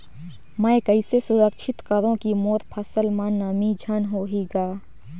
मैं कइसे सुरक्षित करो की मोर फसल म नमी झन होही ग?